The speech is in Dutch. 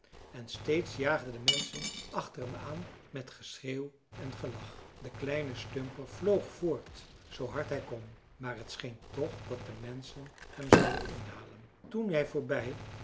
en steeds jaagden de menschen achter hem aan met geschreeuw en gelach de kleine stumper vloog voort zoo hard hij kon maar t scheen toch dat de menschen hem zouden inhalen toen hij voorbij